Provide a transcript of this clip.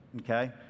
okay